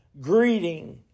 greeting